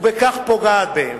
ובכך מתכונת העסקה זו פוגעת בהם.